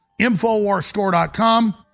Infowarsstore.com